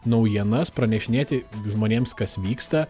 naujienas pranešinėti žmonėms kas vyksta